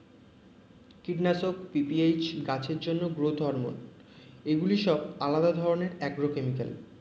কীটনাশক, পি.পি.এইচ, গাছের জন্য গ্রোথ হরমোন এগুলি সব আলাদা ধরণের অ্যাগ্রোকেমিক্যাল